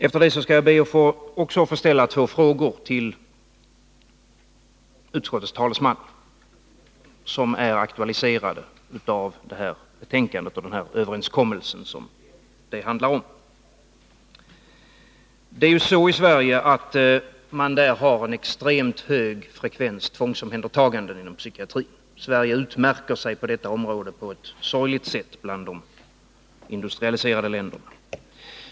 Jag skall be att få ställa två frågor till utskottets talesman, frågor som är aktualiserade av betänkandet och av den överenskommelse som betänkandet handlar om. Det är ju så att man i Sverige har en extremt hög frekvens tvångsomhändertagande inom psykiatrin. Sverige utmärker sig på detta område på ett sorgligt sätt bland de industrialiserade länderna.